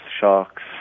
sharks